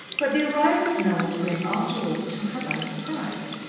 but the arrival of noel's ring, after all, took her by surprise.